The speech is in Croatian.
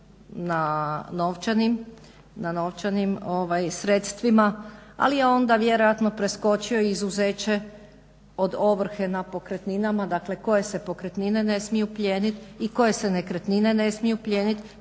na novčanim sredstvima, ali je onda vjerojatno preskočio i izuzeće od ovrhe na pokretninama dakle koje se pokretnine ne smiju plijeniti i koje se nekretnine ne smiju plijeniti.